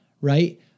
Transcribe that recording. right